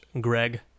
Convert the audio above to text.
greg